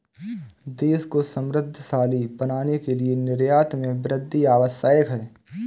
देश को समृद्धशाली बनाने के लिए निर्यात में वृद्धि आवश्यक है